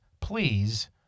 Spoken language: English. please